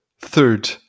third